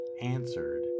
answered